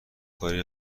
کاری